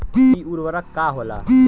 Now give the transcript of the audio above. इ उर्वरक का होला?